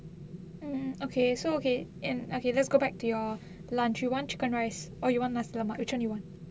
mm okay so okay hmm okay let's go back to your lunch you want chicken rice or you want nasi lemak which [one] you want